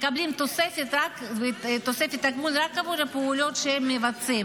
מקבלים תוספת תגמול רק עבור פעולות שהם מבצעים,